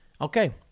Okay